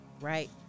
right